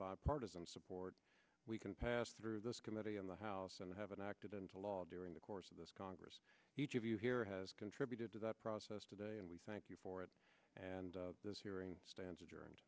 bipartisan support we can pass through this committee in the house and have an active into law during the course of this congress each of you here has contributed to the process today and we thank you for it and this hearing stand